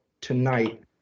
tonight